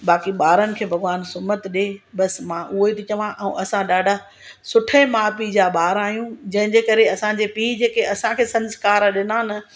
बाक़ी ॿारनि खे भगवान सुमत ॾिए बसि मां उहेई थी चवां ऐं असां ॾाढा सुठे माउ पीउ जा ॿार आहियूं जंहिंजे करे असांजे पीउ जेके असांखे संस्कारु ॾिना न